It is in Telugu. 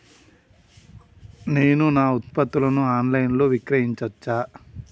నేను నా ఉత్పత్తులను ఆన్ లైన్ లో విక్రయించచ్చా?